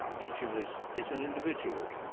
each of us is an individual,